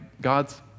God's